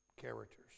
characters